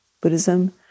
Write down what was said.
Buddhism